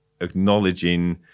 acknowledging